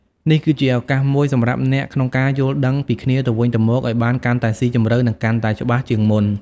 នេះគឺជាឱកាសមួយសម្រាប់អ្នកក្នុងការយល់ដឹងពីគ្នាទៅវិញទៅមកឱ្យបានកាន់តែស៊ីជម្រៅនិងកាន់តែច្បាស់ជាងមុន។